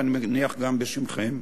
ואני מניח שגם בשמכם,